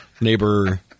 Neighbor